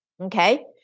Okay